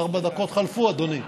ארבע דקות חלפו, אדוני.